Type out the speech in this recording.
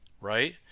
right